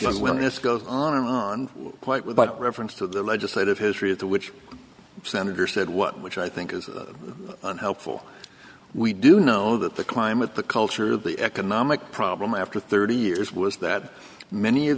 when this goes on and on quite without reference to the legislative history of the which senator said what which i think is helpful we do know that the climate the culture of the economic problem after thirty years was that many of